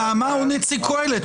נעמה, הוא נציג קהלת.